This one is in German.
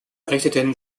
richteten